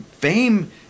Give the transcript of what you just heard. fame